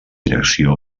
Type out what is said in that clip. direcció